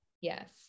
yes